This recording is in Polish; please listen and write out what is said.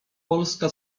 polska